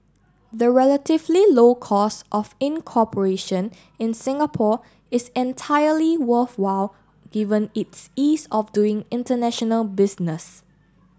the relatively low cost of incorporation in Singapore is entirely worthwhile given its ease of doing international business